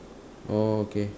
oh okay